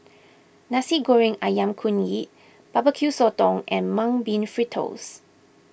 Nasi Goreng Ayam Kunyit Barbeque Sotong and Mung Bean Fritters